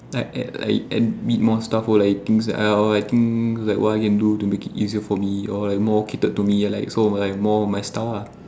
like like like add a bit more stuff or like things that I'll I think like what I can do to make it easier for me or like more catered to me like so like more like my style lah